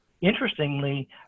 interestingly